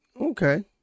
Okay